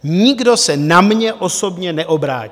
Nikdo se na mě osobně neobrátil.